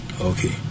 Okay